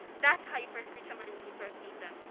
that's how you first greet somebody when you first meet them,